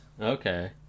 Okay